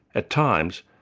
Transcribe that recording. at times,